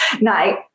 night